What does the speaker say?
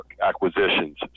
acquisitions